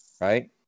right